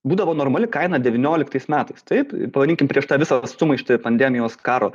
būdavo normali kaina devynioliktais metais taip pavadinkim prieš tą visą sumaištį pandemijos karo